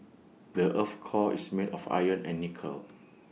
the Earth's core is made of iron and nickel